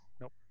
Nope